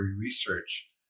research